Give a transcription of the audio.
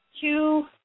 two